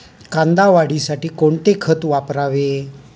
कांदा वाढीसाठी कोणते खत वापरावे?